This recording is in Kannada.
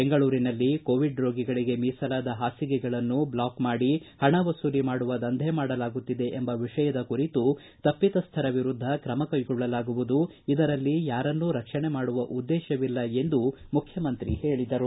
ಬೆಂಗಳೂರಿನಲ್ಲಿ ಕೋವಿಡ್ ರೋಗಿಗಳಿಗೆ ಮೀಸಲಾದ ಪಾಸಿಗೆಗಳನ್ನು ಬ್ಲಾಕ್ ಮಾಡಿ ಪಣ ವಸೂಲಿ ಮಾಡುವ ದಂಧೆ ಮಾಡಲಾಗುತ್ತಿದೆ ಎಂಬ ವಿಷಯದ ಕುರಿತು ತಪ್ಪಿತಸ್ವರ ವಿರುದ್ದ ಕ್ರಮಕ್ಕೆಗೊಳ್ಳಲಾಗುವುದು ಇದರಲ್ಲಿ ಯಾರನ್ನೂ ರಕ್ಷಣೆ ಮಾಡುವ ಉದ್ದೇಶವಿಲ್ಲ ಎಂದು ಅವರು ಹೇಳಿದರು